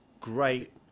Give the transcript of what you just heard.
great